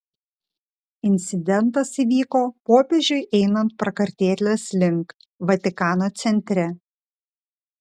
incidentas įvyko popiežiui einant prakartėlės link vatikano centre